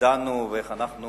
ודנו איך אנחנו